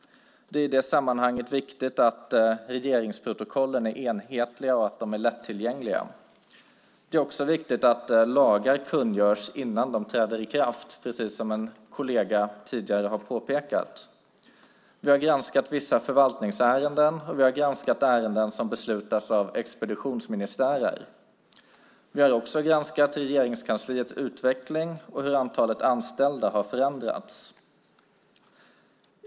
Det är i det sammanhanget viktigt att regeringsprotokollen är enhetliga och lättillgängliga. Det är också viktigt att lagar kungörs innan de träder i kraft, precis som en kollega tidigare har påpekat. Vi har granskat vissa förvaltningsärenden och ärenden som beslutas av expeditionsministärer. Vi har också granskat Regeringskansliets utveckling och hur antalet anställda har förändrats.